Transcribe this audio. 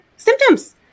symptoms